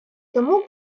тому